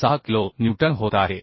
86 kilo newton होत आहे